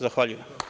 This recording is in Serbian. Zahvaljujem.